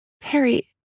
Perry